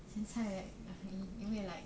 现在 like 因为 like